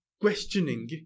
questioning